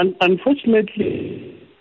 Unfortunately